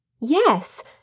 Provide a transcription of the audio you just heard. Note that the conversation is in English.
Yes